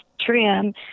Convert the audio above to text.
trim